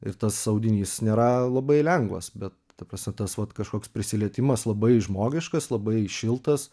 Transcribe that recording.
ir tas audinys nėra labai lengvas bet ta prasme tas vat kažkoks prisilietimas labai žmogiškas labai šiltas